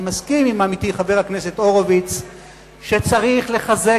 אני מסכים עם עמיתי חבר הכנסת הורוביץ שצריך לחזק